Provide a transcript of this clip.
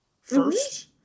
first